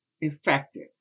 infected